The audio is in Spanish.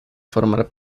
formar